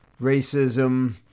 racism